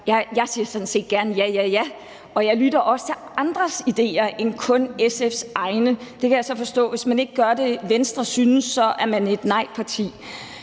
Jeg siger sådan set gerne »ja, ja, ja«, og jeg lytter også til andres idéer og ikke kun til SF's egne. Der kan jeg så forstå, at hvis man ikke gør det, Venstre synes, så er man et nejparti.